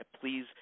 please